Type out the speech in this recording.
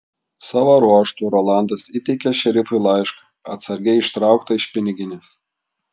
savo ruožtu rolandas įteikė šerifui laišką atsargiai ištrauktą iš piniginės